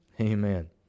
Amen